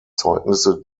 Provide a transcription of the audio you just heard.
zeugnisse